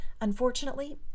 Unfortunately